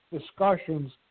discussions